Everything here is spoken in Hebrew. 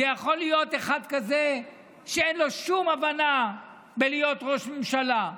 זה יכול להיות אחד כזה שאין לו שום הבנה בלהיות ראש ממשלה.